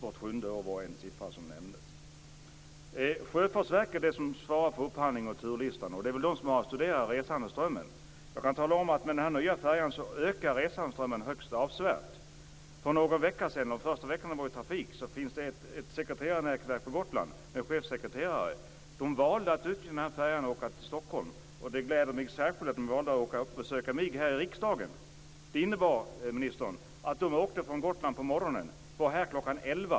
En siffra som har nämnts är vart sjunde år. Det är verket som har studerat resandeströmmen. Med den nya färjan ökar resandeströmmen högst avsevärt. För någon vecka sedan valde ett sekreterarnätverk av chefssekreterare på Gotland att utnyttja färjan för att åka till Stockholm. Det gladde mig särskilt att de valde att besöka mig i riksdagen. Det innebar, ministern, att de åkte från Gotland på morgonen, besökte riksdagen kl.